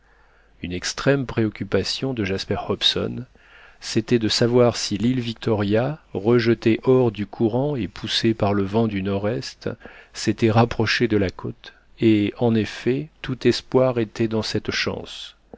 une extrême préoccupation de jasper hobson c'était de savoir si l'île victoria rejetée hors du courant et poussée par le vent du nord-est s'était rapprochée de la côte et en effet tout espoir était dans cette chance